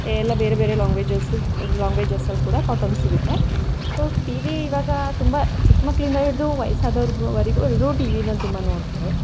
ಎಲ್ಲ ಬೇರೆ ಬೇರೆ ಲೊಂಗ್ವೇಜಸ್ಸು ಲೊಂಗ್ವೇಜಸಲ್ಲಿ ಕೂಡ ಕಾರ್ಟೊನ್ ಸಿಗುತ್ತೆ ಸೊ ಟಿ ವಿ ಇವಾಗ ತುಂಬ ಚಿಕ್ಕ ಮಕ್ಕಳಿಂದ ಹಿಡಿದು ವಯಸ್ಸಾದವ್ರಿಗೂ ವರೆಗೂ ಎಲ್ಲರೂ ಟಿ ವಿನ ತುಂಬ ನೋಡ್ತಾರೆ